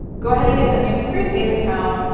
go ahead and get the new prepaid account,